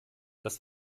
das